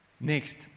Next